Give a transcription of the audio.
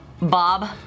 Bob